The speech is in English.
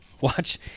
watch